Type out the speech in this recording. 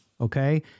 Okay